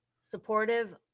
Supportive